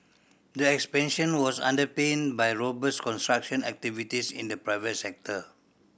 the expansion was underpinned by robust construction activities in the private sector